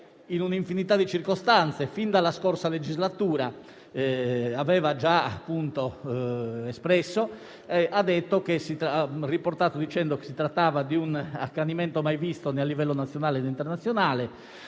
in un'infinità di circostanze, fin dalla scorsa legislatura, aveva già espresso, ha detto: «un accanimento mai visto né a livello nazionale né internazionale;